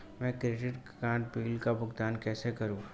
मैं credit card bill का भुगतान कैसे करूं?